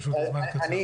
פשוט הזמן קצר.